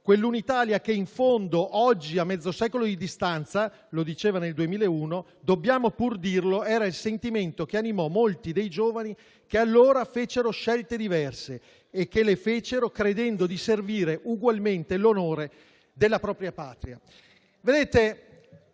quell'unità che, in fondo oggi, a mezzo secolo di distanza» lo diceva nel 2001 «dobbiamo pur dirlo, era il sentimento che animò molti dei giovani che allora fecero scelte diverse: che le fecero credendo di servire ugualmente l'onore della propria Patria».